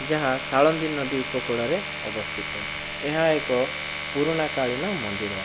ଯାହା ସାଳନ୍ଦୀ ନଦୀ ଉପକୂଳର ଅବସ୍ଥିତ ଏହା ଏକ ପୁରୁଣାକାଳିନ ମନ୍ଦିର